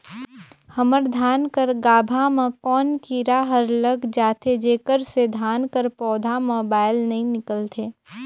हमर धान कर गाभा म कौन कीरा हर लग जाथे जेकर से धान कर पौधा म बाएल नइ निकलथे?